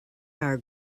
are